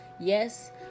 yes